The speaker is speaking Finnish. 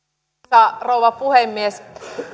arvoisa rouva puhemies